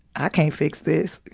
i can't fix this,